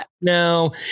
no